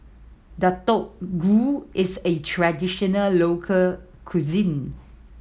Deodeok Gui is a traditional local cuisine